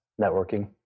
Networking